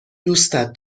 دوستت